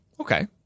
Okay